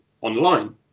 online